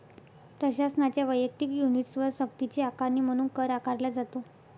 प्रशासनाच्या वैयक्तिक युनिट्सवर सक्तीची आकारणी म्हणून कर आकारला जातो